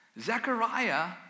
Zechariah